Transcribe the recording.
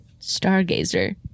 Stargazer